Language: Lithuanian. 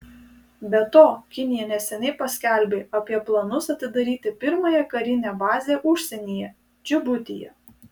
be to kinija neseniai paskelbė apie planus atidaryti pirmąją karinę bazę užsienyje džibutyje